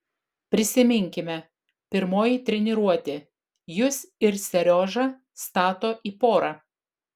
prisiminkime pirmoji treniruotė jus ir seriožą stato į porą